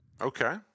Okay